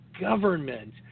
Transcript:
government